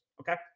okay